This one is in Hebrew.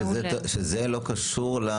שזה לא קשור ל